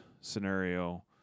scenario